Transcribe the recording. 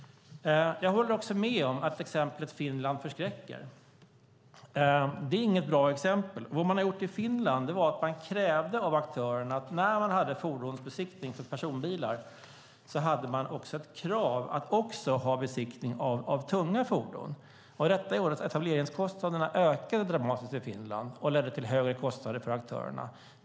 Jag håller också med om att exemplet Finland förskräcker. Det är inget bra exempel. Det man har gjort i Finland är att man krävde av aktörerna att de när de hade fordonsbesiktning av personbilar också skulle ha besiktning av tunga fordon. Detta gjorde att etableringskostnaderna ökade dramatiskt och ledde till högre kostnader för aktörerna i Finland.